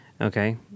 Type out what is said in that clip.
Okay